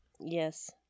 Yes